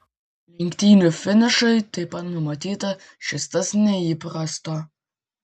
lenktynių finišui taip pat numatyta šis tas neįprasto